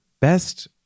best